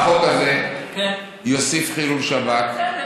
החוק הזה יוסיף חילול שבת,